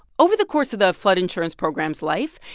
over the course of the flood insurance program's life,